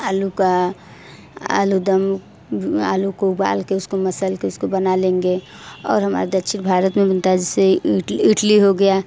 आलू का आलू दम आलू को उबाल कर उसको मसल कर उसको बना लेंगे और हमारे दक्षिण भारत में मिलता है जैसे इडली हो गया